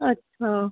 अछा